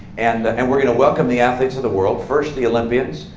and and we're going to welcome the athletes of the world. first, the olympians,